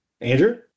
Andrew